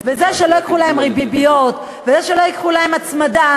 וזה שלא ייקחו להם ריביות וזה שלא ייקחו להם הצמדה,